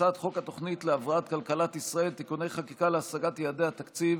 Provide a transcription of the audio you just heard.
הצעת חוק התוכנית להבראת כלכלת ישראל (תיקוני חקיקה להשגת יעדי התקציב